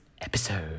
episode